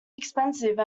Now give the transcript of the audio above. expensive